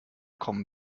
kommen